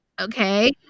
okay